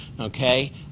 okay